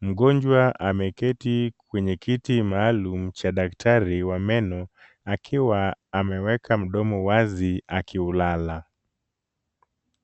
Mgonjwa ameketi kwenye kiti maalum cha daktari wa meno, akiwa ameweka mdomo wazi akiulala.